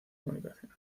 comunicación